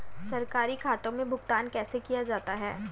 सरकारी खातों में भुगतान कैसे किया जाता है?